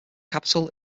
capital